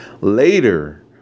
later